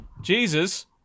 Jesus